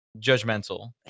judgmental